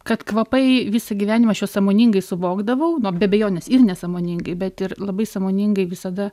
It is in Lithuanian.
kad kvapai visą gyvenimą aš juos sąmoningai suvokdavau be abejonės ir nesąmoningai bet ir labai sąmoningai visada